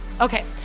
okay